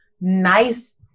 nice